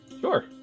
Sure